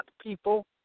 people